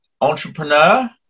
entrepreneur